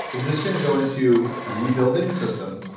is this going to go into rebuilding the system?